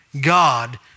God